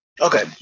Okay